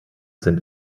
sind